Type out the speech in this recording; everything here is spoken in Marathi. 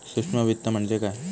सूक्ष्म वित्त म्हणजे काय?